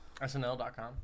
SNL.com